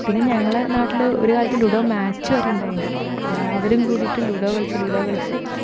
പിന്നെ ഞങ്ങള നാട്ടിൽ ഒരു കാലത്ത് ലുഡോ മാച്ച് വരെ ഉണ്ടായിട്ടുണ്ട് എല്ലാവരും കൂടിട്ട് ലുഡോ കളിച്ച് ലുഡോ കളിച്ച്